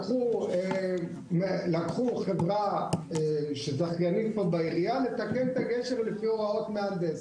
לקחו חברה של זכיינים בעירייה לתקן את הגשר לפי הוראות מהנדס.